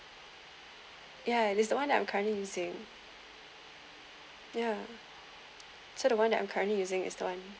ya it's the one that I'm currently using ya so the one that I'm currently using is the one